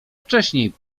wcześniej